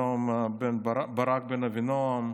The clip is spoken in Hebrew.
ברק בן אבינועם,